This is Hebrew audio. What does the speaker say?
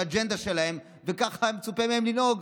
זו האג'נדה שלהן וככה מצופה מהן לנהוג,